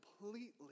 completely